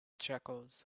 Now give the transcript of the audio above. checkers